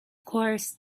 course